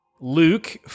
Luke